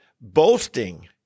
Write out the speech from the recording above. boasting